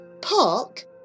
park